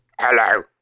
Hello